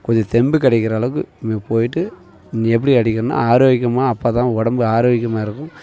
கொஞ்சம் தெம்பு கிடைக்குற அளவுக்கு மெ போயிட்டு நீ எப்படி அடிக்கிறேனோ ஆரோக்கியமாக அப்போ தான் உடம்பு ஆரோக்கியமாக இருக்கும்